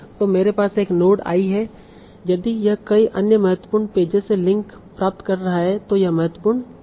तो मेरे पास एक नोड i है यदि यह कई अन्य महत्वपूर्ण पेजेस से लिंक प्राप्त कर रहा है तो यह महत्वपूर्ण है